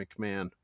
McMahon